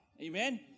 Amen